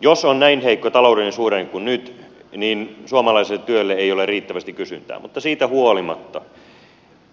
jos on niin heikko taloudellinen suhdanne kuin nyt suomalaiselle työlle ei ole riittävästi kysyntää mutta siitä huolimatta